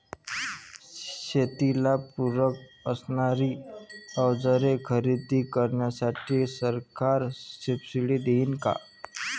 शेतीला पूरक असणारी अवजारे खरेदी करण्यासाठी सरकार सब्सिडी देईन का?